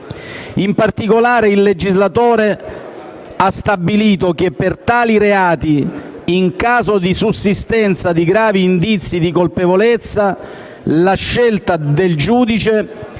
In particolare il legislatore ha stabilito che, per tali reati, in caso di sussistenza di gravi indizi di colpevolezza, la scelta del giudice